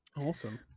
Awesome